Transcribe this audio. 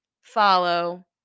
follow